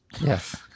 Yes